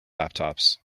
laptops